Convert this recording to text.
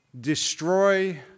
destroy